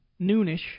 noonish